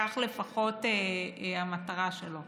זו לפחות המטרה שלו.